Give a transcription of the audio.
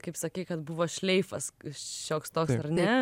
kaip sakei kad buvo šleifas šioks toks ar ne